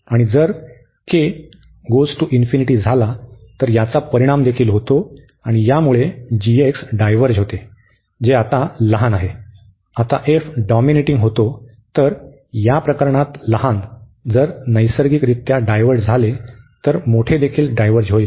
आणि जर k →∞ झाला तर याचा परिणाम देखील होतो आणि यामुळे g डायव्हर्ज होते जे आता लहान आहे आता f डॉमिनेटिंग होतो तर त्या प्रकरणात लहान जर नैसर्गिकरित्या डायव्हर्ज झाले तर मोठा देखील डायव्हर्ज होईल